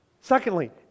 Secondly